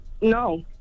no